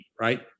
right